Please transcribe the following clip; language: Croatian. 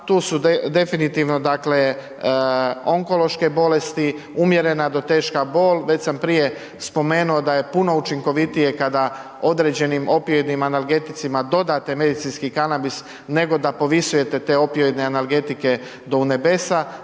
tu su definitivno, dakle, onkološke bolesti, umjerena do teška bol, već sam prije spomenuo da je puno učinkovitije kada određenim opijedima, analgeticima, dodate medicinski kanabis, nego da povisujete te opijede i analgetike do unebesa.